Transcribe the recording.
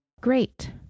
great